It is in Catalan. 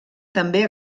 també